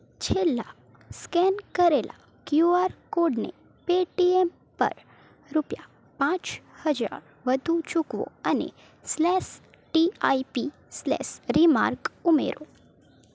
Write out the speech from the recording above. છેલ્લા સ્કેન કરેલાં ક્યુઆર કોડને પેટીએમ પર રૂપિયા પાંચ હજાર વધુ ચૂકવો અને સ્લેસ ટીઆઇપી સ્લેસ રીમાર્ક ઉમેરો